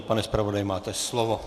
Pane zpravodaji, máte slovo.